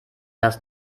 das